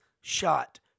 shot